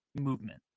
movement